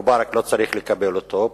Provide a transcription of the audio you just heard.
מובארק לא צריך לקבל אותו,